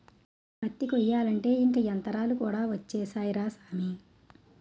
పత్తి కొయ్యాలంటే ఇంక యంతరాలు కూడా ఒచ్చేసాయ్ రా సామీ